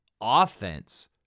offense